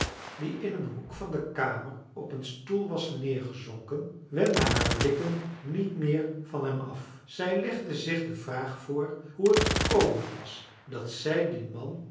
die in een hoek van de kamer op een stoel was neergezonken wendde haar blikken niet meer van hem af zij legde zich de vraag voor hoe het gekomen was dat zij dien man